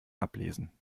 ablesen